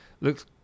looks